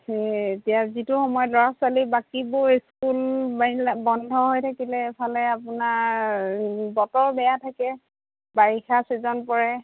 সেই এতিয়া যিটো সময়ত ল'ৰা ছোৱালী বাকীবোৰ স্কুল বন্ধ হৈ থাকিলে এইফালে আপোনাৰ বতৰ বেয়া থাকে বাৰিষা ছিজন পৰে